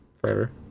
forever